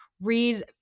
read